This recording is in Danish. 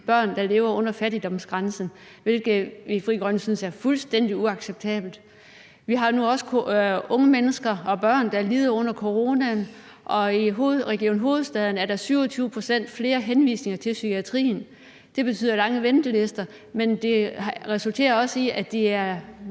børn, der lever under fattigdomsgrænsen, hvilket vi i Frie Grønne synes er fuldstændig uacceptabelt. Vi har nu også unge mennesker og børn, der lider under coronaen, og i Region Hovedstaden er der 27 pct. flere henvisninger til psykiatrien. Det betyder lange ventelister, og det resulterer også i, at de